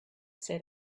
said